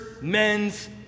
men's